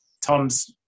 Tom's